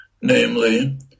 namely